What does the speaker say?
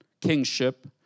kingship